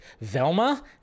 Velma